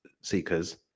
seekers